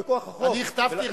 אני הכתבתי רק,